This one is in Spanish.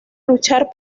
luchar